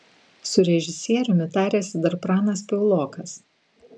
su režisieriumi tarėsi dar pranas piaulokas